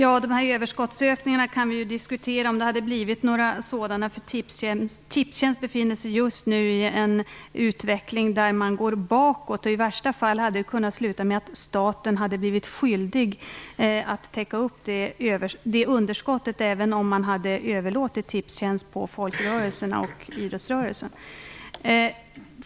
Fru talman! Vi kan diskutera om det hade blivit några överskottsökningar för Tipstjänst. Tipstjänst befinner sig just nu i en utveckling där man går bakåt. I värsta fall hade det kunnat sluta med att staten hade blivit skyldig att täcka upp underskottet även om man hade överlåtit Tipstjänst på folkrörelserna och idrottsrörelsen.